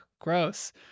gross